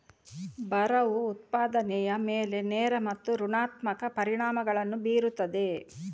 ಬರವು ಉತ್ಪಾದನೆಯ ಮೇಲೆ ನೇರ ಮತ್ತು ಋಣಾತ್ಮಕ ಪರಿಣಾಮಗಳನ್ನು ಬೀರುತ್ತದೆ